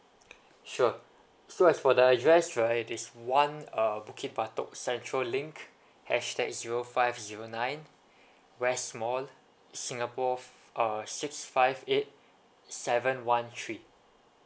sure so as for the address right it is one uh bukit batok central link hashtag zero five zero nine west mall singapore f~ uh six five eight seven one three